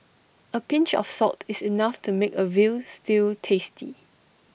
A pinch of salt is enough to make A Veal Stew tasty